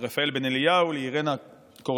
לרפאל בן אליהו, לאירנה קורולובה,